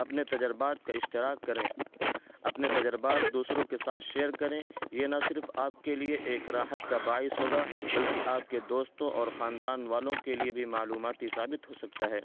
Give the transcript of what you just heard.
اپنے تجربات کا اشتراک کریں اپنے تجربات دوسروں کے ساتھ شیئر کریں یہ نہ صرف آپ کے لیے ایک راحت کا باعث ہوگا بلکہ آپ کے دوستوں اور خاندان والوں کے لیے بھی معلوماتی ثابت ہو سکتا ہے